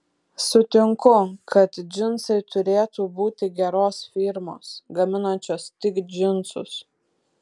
sutinku kad džinsai turėtų būti geros firmos gaminančios tik džinsus